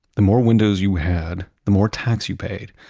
the more windows you had the more tax you paid.